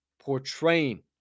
portraying